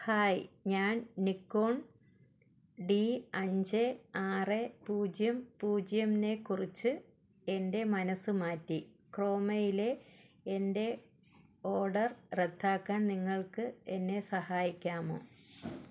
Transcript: hi ഞാൻ Nikon D അഞ്ച് ആറ് പൂജ്യം പൂജ്യത്തിനെക്കുറിച്ച് എൻ്റെ മനസ്സ് മാറ്റി ക്രോമയിലെ എൻ്റെ ഓർഡർ റദ്ദാക്കാൻ നിങ്ങൾക്ക് എന്നെ സഹായിക്കാമോ